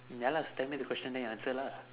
ya lah so tell me the question then you answer lah